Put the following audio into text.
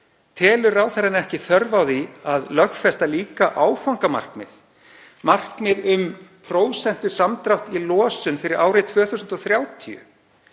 telur ráðherrann ekki þörf á því að lögfesta líka áfangamarkmið, markmið um prósentusamdrátt í losun fyrir árið 2030